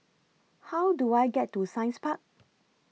How Do I get to Science Park